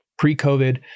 Pre-COVID